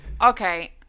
Okay